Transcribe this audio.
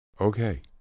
Okay